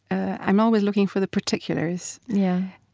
i'm always looking for the particulars yeah.